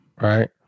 right